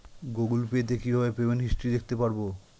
Google Pay তে কিভাবে payment history দেখতে পারবো?